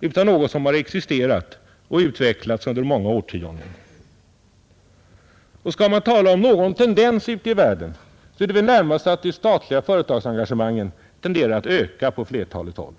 utan något som har existerat och utvecklats under många årtionden. Skall man tala om någon tendens ute i världen, är det väl närmast att de statliga företagsengagemangen tenderar att öka på flertalet håll.